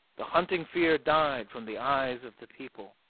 the haunting fear died from the eyes of the people.